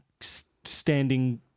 standing